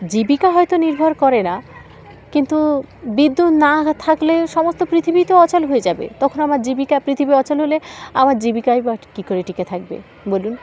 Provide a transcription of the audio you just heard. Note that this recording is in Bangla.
জীবিকা হয়তো নির্ভর করে না কিন্তু বিদ্যুৎ না থাকলে সমস্ত পৃথিবী তো অচল হয়ে যাবে তখন আমার জীবিকা পৃথিবী অচল হলে আমার জীবিকায় বা কী করে টিকে থাকবে বলুন